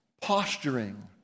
posturing